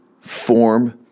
form